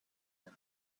them